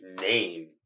name